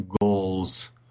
goals